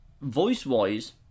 voice-wise